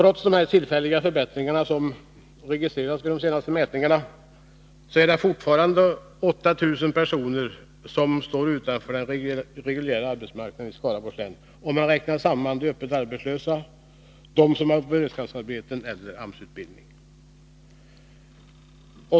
Trots de tillfälliga förbättringar som har registrerats vid de senaste mätningarna är det fortfarande 8 000 personer som står utanför den reguljära arbetsmarknaden i Skaraborgs län, om man räknar samman de öppet arbetslösa och dem som har beredskapsarbeten eller går i AMS utbildning.